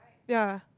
ya